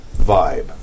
vibe